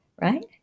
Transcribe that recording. right